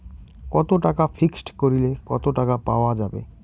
কত টাকা ফিক্সড করিলে কত টাকা পাওয়া যাবে?